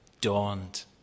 dawned